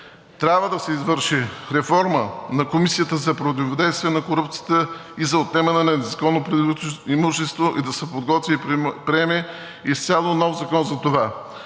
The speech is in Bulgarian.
Трябва да се извърши реформа на Комисията за противодействие на корупцията и за отнемане на незаконно придобитото имущество и да се подготви и приеме изцяло нов закон за това.